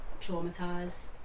traumatized